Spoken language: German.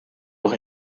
doch